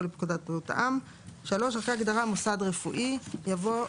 "לפקודת בריאות העם"; (3) אחרי הגדרה "מוסד רפואי" יבוא: